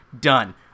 Done